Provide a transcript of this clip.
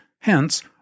hence